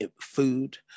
food